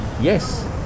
Yes